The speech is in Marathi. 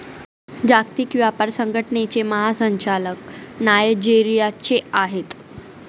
जागतिक व्यापार संघटनेचे महासंचालक नायजेरियाचे आहेत